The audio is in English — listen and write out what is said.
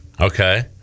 Okay